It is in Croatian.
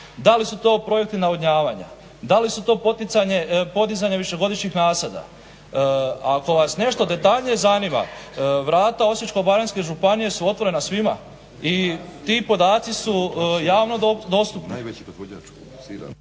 Da li su to projekti navodnjavanja, da li su to podizanje višegodišnjih nasada. Ako vas nešto detaljnije zanima, vrata Osječko-baranjske županije su otvorena svima i ti podaci javno dostupni.